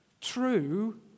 true